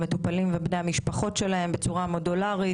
בצורה מודולרית,